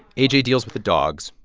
a j. deals with the dogs.